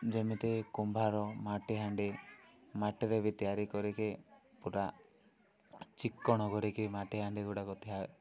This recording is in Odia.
ଯେମିତି କୁମ୍ଭାର ମାଟିହାଣ୍ଡି ମାଟିରେ ବି ତିଆରି କରିକି ପୁରା ଚିକ୍କଣ କରିକି ମାଟିହାଣ୍ଡି ଗୁଡ଼ାକଥା